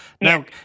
Now